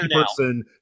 person